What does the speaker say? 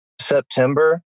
September